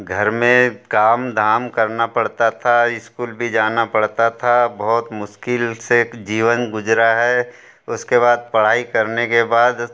घर में काम धाम करना पड़ता था स्कूल भी जाना पड़ता था बहुत मुश्किल से जीवन गुजरा है उसके बाद पढ़ाई करने के बाद